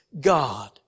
God